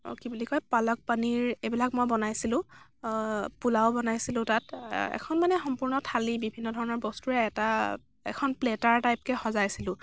আৰু কি বুলি কয় পালক পনিৰ এইবিলাক মই বনাইছিলোঁ পোলাও বনাইছিলোঁ তাত এখন মানে সম্পূৰ্ণ থালি বিভিন্ন ধৰণৰ বস্তুৰে এটা এখন প্লেটাৰ টাইপকৈ সজাইছিলোঁ